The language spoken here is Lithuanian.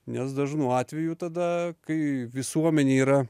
nes dažnu atveju tada kai visuomenė yra